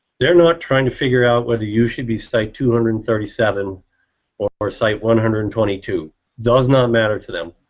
they're not trying to figure out whether you should be site two hundred and thirty seven or or site one hundred and twenty two does not matters to them.